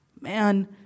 man